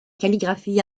calligraphie